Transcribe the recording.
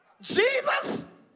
Jesus